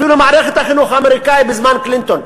אפילו מערכת החינוך האמריקנית בזמן קלינטון,